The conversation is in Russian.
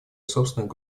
собственное